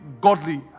godly